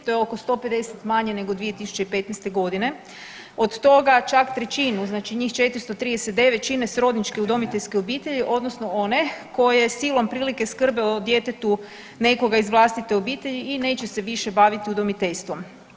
To je oko 150 manje nego 2015.g., od toga čak trećinu znači 439 čine srodničke udomiteljske obitelji odnosno one koje silom prilike skrbe o djetetu nekoga iz vlastite obitelji i neće se više baviti udomiteljstvom.